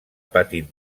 patit